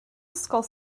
ysgol